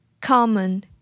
Common